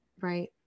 right